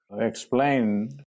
explain